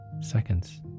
seconds